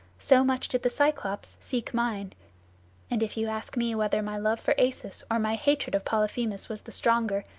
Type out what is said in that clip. so much did the cyclops seek mine and if you ask me whether my love for acis or my hatred of polyphemus was the stronger,